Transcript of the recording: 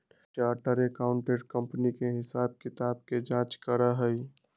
chartered accountant company के हिसाब किताब के जाँच करा हई